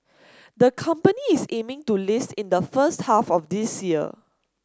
the company is aiming to list in the first half of this year